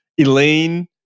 Elaine